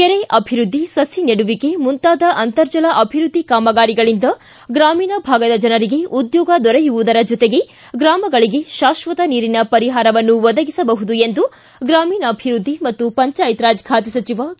ಕೆರೆ ಅಭಿವೃದ್ಧಿ ಸಸಿ ನೆಡುವಿಕೆ ಮುಂತಾದ ಅಂತರ್ಜಲ ಅಭಿವೃದ್ಧಿ ಕಾಮಗಾರಿಗಳಿಂದ ಗ್ರಾಮೀಣ ಭಾಗದ ಜನರಿಗೆ ಉದ್ಯೋಗ ದೊರೆಯುವುದರ ಜೊತೆಗೆ ಗ್ರಾಮಗಳಿಗೆ ಶಾಶ್ವತ ನೀರಿನ ಪರಿಹಾರವನ್ನು ಒದಗಿಸಬಹುದು ಎಂದು ಗ್ರಾಮೀಣಾಭಿವೃದ್ಧಿ ಮತ್ತು ಪಂಚಾಯತ್ ರಾಜ್ ಖಾತೆ ಸಚಿವ ಕೆ